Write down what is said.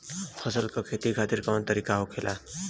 फसल का खेती खातिर कवन तरीका होखेला?